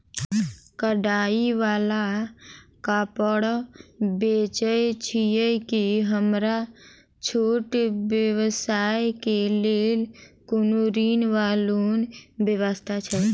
कढ़ाई वला कापड़ बेचै छीयै की हमरा छोट व्यवसाय केँ लेल कोनो ऋण वा लोन व्यवस्था छै?